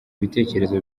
bitekerezo